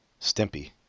Stimpy